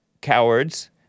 cowards